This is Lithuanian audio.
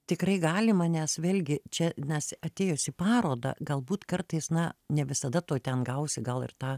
tikrai galima nes vėlgi čia nes atėjus į parodą galbūt kartais na ne visada tu ten gausi gal ir tą